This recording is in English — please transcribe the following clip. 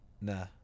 nah